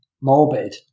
morbid